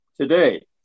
Today